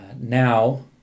Now